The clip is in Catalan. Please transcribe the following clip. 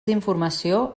informació